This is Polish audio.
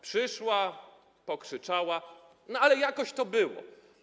Przyszła, pokrzyczała, ale jakoś to było.